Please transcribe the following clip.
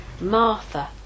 Martha